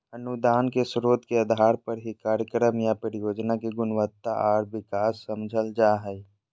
अनुदान के स्रोत के आधार पर ही कार्यक्रम या परियोजना के गुणवत्ता आर विकास समझल जा हय